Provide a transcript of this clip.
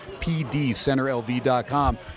pdcenterlv.com